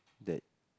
that